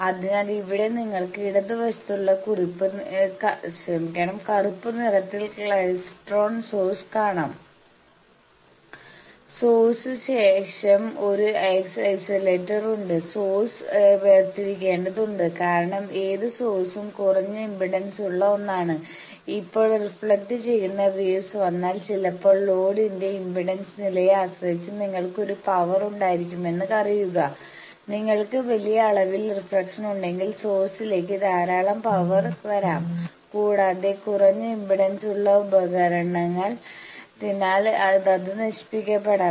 അതിനാൽ ഇവിടെ നിങ്ങൾക്ക് ഇടതുവശത്തുള്ള കറുപ്പ് നിറത്തിൽ ക്ലൈസ്ട്രോൺ സോഴ്സ് കാണാം സോഴ്സ്ന് ശേഷം ഒരു ഐസൊലേറ്റർ ഉണ്ട് സോഴ്സ് വേർതിരിക്കേണ്ടതുണ്ട് കാരണം ഏത് സോഴ്സും കുറഞ്ഞ ഇംപെഡൻസ് ഉള്ള ഒന്നാണ് ഇപ്പോൾ റിഫ്ലക്ട് ചെയ്യുന്ന വേവ്സ് വന്നാൽ ചിലപ്പോൾ ലോഡിന്റെ ഇംപെഡൻസ് നിലയെ ആശ്രയിച്ച് നിങ്ങൾക്ക് ഒരു പവർ ഉണ്ടായിരിക്കുമെന്ന് അറിയുക നിങ്ങൾക്ക് വലിയ അളവിൽ റിഫ്ലക്ഷനുണ്ടെങ്കിൽ സോഴ്സിലേക്ക് ധാരാളം പവർ വരാം കൂടാതെ കുറഞ്ഞ ഇംപെഡൻസ് ഉള്ള ഉപകരണമായതിനാൽ അത് നശിപ്പിക്കപ്പെടാം